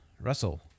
Russell